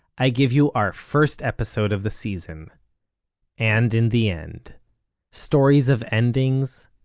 i give you our first episode of the season and, in the end stories of endings,